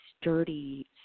sturdy